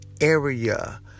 area